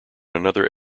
another